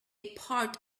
part